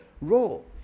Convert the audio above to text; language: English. role